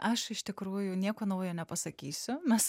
aš iš tikrųjų nieko naujo nepasakysiu mes